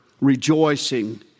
Rejoicing